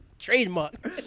Trademark